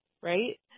right